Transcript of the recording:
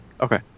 Okay